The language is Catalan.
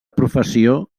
professió